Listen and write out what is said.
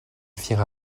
firent